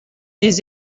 des